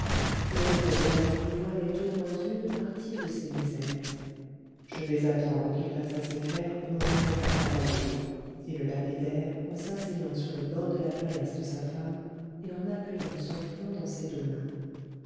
l'ombre de la nuit voilait au moins une partie de ces misères je vais attendre qu'il fasse assez clair pour me remettre à travailler dit le lapidaire en s'asseyant sur le bord de la paillasse de sa femme et en appuyant son front dans ses deux mains